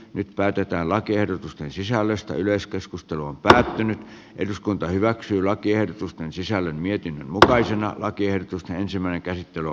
nyt päätetään lakiehdotusten sisällöstä yleiskeskustelu on päätynyt eduskunta hyväksyy lakiehdotusten sisällön mietin mutkaisena lakiehdotusta ensimmäinen käsittely